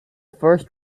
first